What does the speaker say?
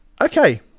Okay